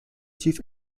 chief